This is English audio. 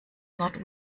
not